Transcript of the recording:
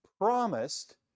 promised